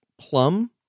plum